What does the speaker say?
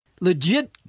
Legit